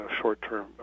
short-term